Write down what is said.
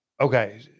Okay